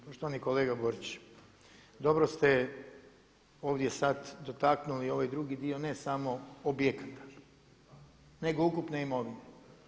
Poštovani kolega Borić, dobro ste ovdje sad dotaknuli ovaj drugi dio ne samo objekata, nego ukupne imovine.